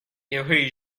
irai